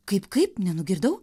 kaip kaip nenugirdau